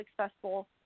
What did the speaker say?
successful